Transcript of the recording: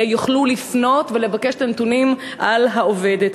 יוכלו לפנות מטעמן ולבקש את הנתונים על העובדת.